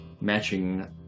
matching